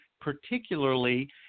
particularly